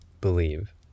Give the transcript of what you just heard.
believe